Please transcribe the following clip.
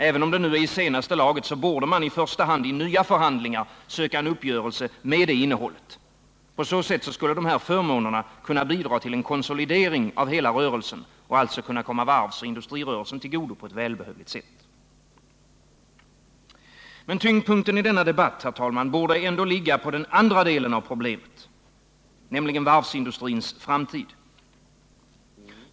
Även om det nu är i senaste laget borde man i första hand i nya förhandlingar söka en uppgörelse med det innehållet. På så sätt skulle dessa förmåner kunna bidra till en konsolidering av hela rörelsen och alltså kunna komma varvsoch industrirörelsen till godo på ett välbehövligt sätt. Men tyngdpunkten i denna debatt, herr talman, borde ligga på den andra delen av problemet, nämligen varvsindustrins framtid.